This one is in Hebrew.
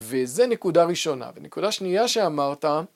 וזה נקודה ראשונה, ונקודה שנייה שאמרת.